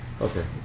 Okay